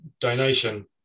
donation